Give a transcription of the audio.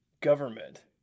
Government